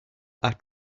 are